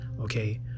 Okay